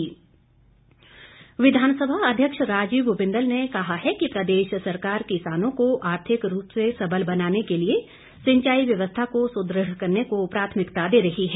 बिंदल विधानसभा अध्यक्ष राजीव बिंदल ने कहा है कि प्रदेश सरकार किसानों को आर्थिक रूप से सबल बनाने के लिए सिंचाई व्यवस्था को सुदृढ़ करने को प्राथमिकता दे रही है